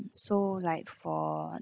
so like for